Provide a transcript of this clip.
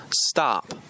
Stop